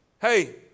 Hey